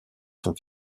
son